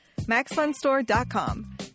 MaxFunStore.com